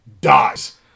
dies